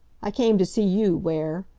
i came to see you, ware.